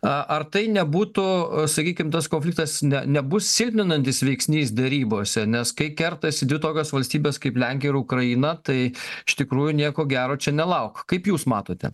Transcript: a ar tai nebūtų sakykim tas konfliktas nebus silpninantis veiksnys derybose nes kai kertasi dvi tokios valstybės kaip lenkija ir ukraina tai iš tikrųjų nieko gero čia nelauk kaip jūs matote